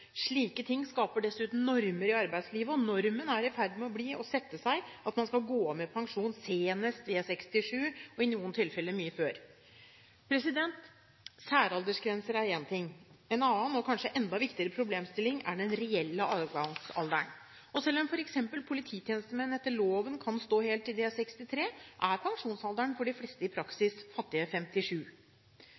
Slike ting skaper dessuten normer i arbeidslivet, og normen er i ferd med å sette seg, at man skal gå av med pensjon senest ved fylte 67 år – i noen tilfeller mye før. Særaldersgrenser er én ting – en annen og kanskje enda viktigere problemstilling er den reelle avgangsalderen. Selv om f.eks. polititjenestemenn etter loven kan stå helt til de er 63, er pensjonsalderen for de fleste i praksis fattige 57